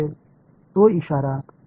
तो इशारा त्याकडे पाहून येतो